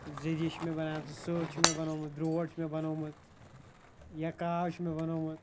ذٔری چھِ مےٚ بَنامژٕ سٕہہ چھُ مےٚ بنومُت برٛور چھُ مےٚ بَنومُت یا کاو چھُ مےٚ بَنومُت